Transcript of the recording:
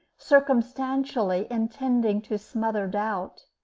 circumstantially, intending to smother doubt.